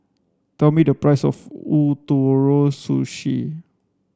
tell me the price of Ootoro Sushi